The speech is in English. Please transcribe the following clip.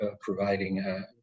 providing